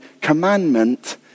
commandment